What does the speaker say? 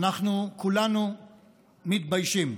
אנחנו כולנו מתביישים.